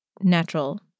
natural